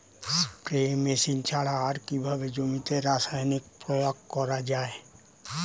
Spray machine ছাড়া আর কিভাবে জমিতে রাসায়নিক প্রয়োগ করা যায়?